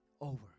over